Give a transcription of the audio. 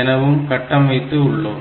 எனவும் கட்டமைத்து உள்ளோம்